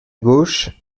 gauche